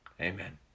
Amen